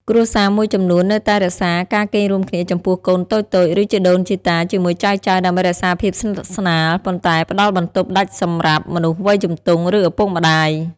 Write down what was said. គ្រួសារមួយចំនួននៅតែរក្សាការគេងរួមគ្នាចំពោះកូនតូចៗ ឬជីដូនជីតាជាមួយចៅៗ ដើម្បីរក្សាភាពស្និទ្ធស្នាល ប៉ុន្តែផ្តល់បន្ទប់ដាច់សម្រាប់មនុស្សវ័យជំទង់ ឬឪពុកម្តាយ។